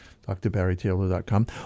drbarrytaylor.com